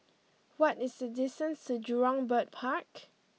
what is the distance to Jurong Bird Park